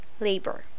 Labor